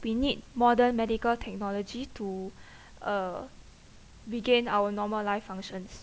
we need modern medical technology to uh regain our normal life functions